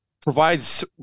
provides